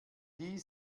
die